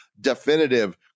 definitive